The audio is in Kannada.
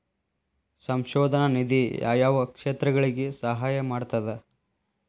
ಸಂಶೋಧನಾ ನಿಧಿ ಯಾವ್ಯಾವ ಕ್ಷೇತ್ರಗಳಿಗಿ ಸಹಾಯ ಮಾಡ್ತದ